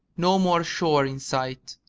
no more shore in sight.